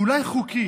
הוא אולי חוקי